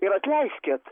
ir atleiskit